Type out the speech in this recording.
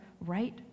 right